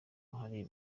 uruhare